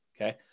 Okay